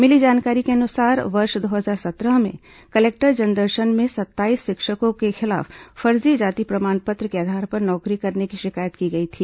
मिली जानकारी के अनुसार वर्ष दो हजार सत्रह में कलेक्टर जनदर्शन में सत्ताईस शिक्षकों के खिलाफ फर्जी जाति प्रमाण पत्र के आधार पर नौकरी करने की शिकायत की गई थी